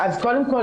אז קודם כל